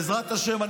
בעזרת השם,